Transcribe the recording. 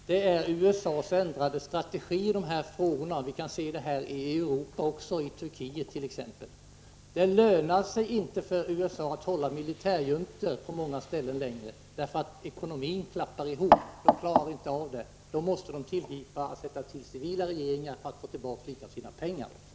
Det är USA:s ändrade strategi i de här frågorna. Vi kan se det även i Europa, t.ex. i Turkiet. Det lönar sig inte längre för USA att hålla militärjuntor på många ställen, därför att ekonomin klappar ihop och de klarar inte av det. Då måste de tillsätta civila regeringar för att få tillbaka litet av sina pengar.